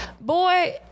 Boy